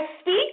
speak